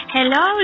Hello